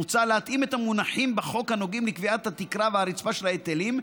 מוצע להתאים את המונחים בחוק הנוגעים לקביעת התקרה והרצפה של ההיטלים,